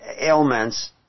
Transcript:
ailments